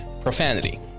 profanity